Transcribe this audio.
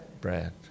bread